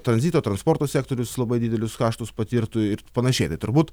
tranzito transporto sektorius labai didelius kaštus patirtų ir panašiai tai turbūt